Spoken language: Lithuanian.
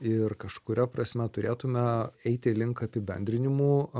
ir kažkuria prasme turėtume eiti link apibendrinimų